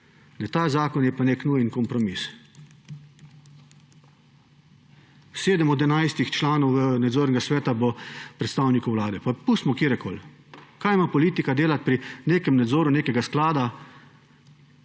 ta zakon pa nek nujen kompromis. Sedem od enajstih članov nadzornega sveta bo predstavnikov vlade, pa pustimo, katerekoli. Kaj ima politika delati pri nekem nadzoru nekega sklada,